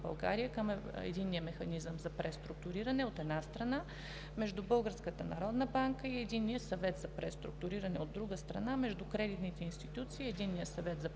България към Единния механизъм за преструктуриране – от една страна, между Българската народна банка и Единният съвет за преструктуриране, от друга страна, между кредитните институции и Единния съвет за